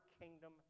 kingdom